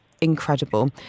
incredible